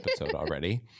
already